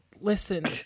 listen